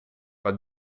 but